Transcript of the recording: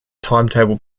timetable